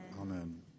Amen